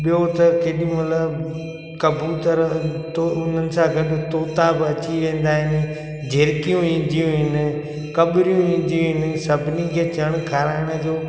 ॿियो त केॾीमहिल कबूतरनि तो उन्हनि सां गॾु तोता बि अची वेंदा आहिनि झिरिकियूं ईंदियूं आहिनि कॿिरियूं ईंदियूं आहिनि सभिनी खे चड़ खाराइण जो